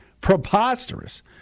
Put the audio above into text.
preposterous